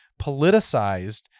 politicized